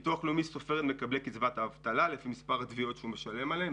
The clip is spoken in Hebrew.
ביטוח לאומי סופר מקבלי קצבת אבטלה לפי מספר התביעות שהוא משלם עליהן.